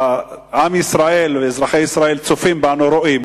עם ישראל, אזרחי ישראל, צופים בנו, רואים.